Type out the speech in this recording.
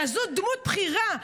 כזאת דמות בכירה,